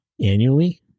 annually